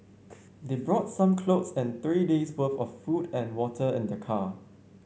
they brought some clothes and three days' worth of food and water in their car